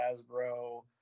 Hasbro